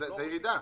זאת ירידה.